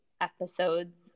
episodes